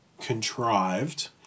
contrived